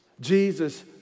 Jesus